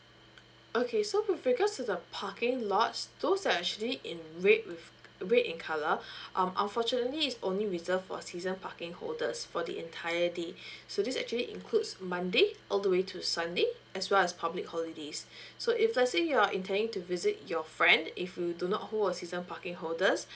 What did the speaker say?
okay so pre~ because of the parking lots those that are actually in red with red in colour um unfortunately is only reserved for season parking holders for the entire day so this actually includes monday all the way to sunday as well as public holidays so if let's say you're intending to visit your friend if you do not hold a season parking holders